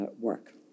work